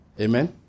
Amen